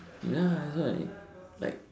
ya I heard like